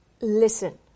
listen